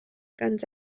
guns